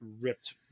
ripped